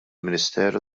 ministeru